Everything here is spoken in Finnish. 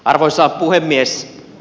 arvoisa puhemies